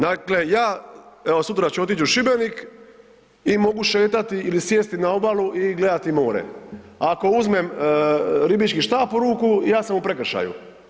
Dakle, ja evo sutra ću otići u Šibenik i mogu šetati ili sjesti na obalu i gledati more, a ako uzmem ribički štap u ruku ja sam u prekršaju.